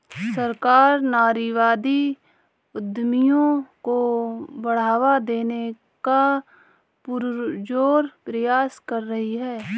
सरकार नारीवादी उद्यमियों को बढ़ावा देने का पुरजोर प्रयास कर रही है